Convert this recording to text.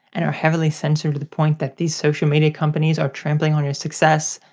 and are heavily censored to the point that these social media companies are trampling on your success,